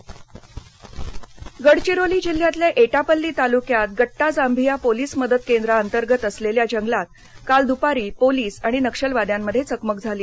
गडचिरोलीः गडचिरोली जिल्ह्यातल्या एटापल्ली तालुक्यात गट्टा जांभिया पोलीस मदत केंद्रांतर्गत असलेल्या जंगलात काल दुपारी पोलिस आणि नक्षलवाद्यामध्ये चकमक झाली